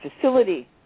facility